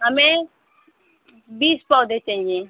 हमें बीस पौधे चाहिए